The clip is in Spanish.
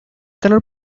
calor